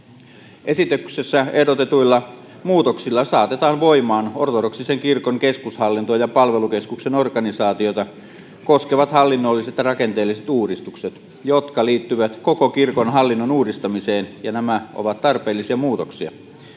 Esityksessä ehdotetuilla muutoksilla saatetaan voimaan ortodoksisen kirkon keskushallintoa ja palvelukeskuksen organisaatiota koskevat hallinnolliset ja rakenteelliset uudistukset, jotka liittyvät koko kirkon hallinnon uudistamiseen, ja nämä ovat tarpeellisia muutoksia.